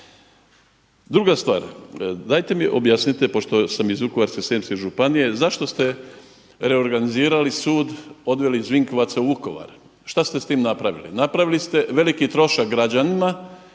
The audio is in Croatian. Druga stvar, dajte mi objasnite, pošto sam iz Vukovarsko-srijemske županije zašto ste reorganizirali sud, odveli iz Vinkovaca u Vukovar? Šta ste s time napravili? Napravili ste veliki trošak građanima